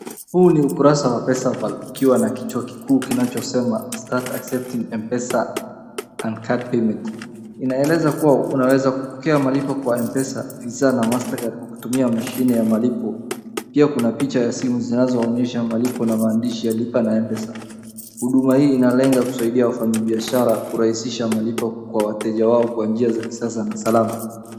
Huu ni ukurasa wa pesa ukiwa na kichwa kikuu kinachosema start accepting mpesa and cut payment . Inaeleza kuwa unaweza kupokea malipo Kwa mpesa , visa na MasterCard Kwa kutumia mashine ya malipo. Pia kuna picha ya simu zinazo onyesha malipo na maandishi ya lipa na mpesa . Huduma hii inalenga kusaidia wafanyi biashara kurahisisha malipo kwa wateja wao kwa njia za kisasa na salama.